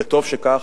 וטוב שכך,